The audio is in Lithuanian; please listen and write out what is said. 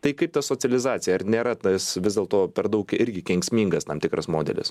tai kaip ta socializacija ar nėra tas vis dėlto per daug irgi kenksmingas tam tikras modelis